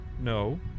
No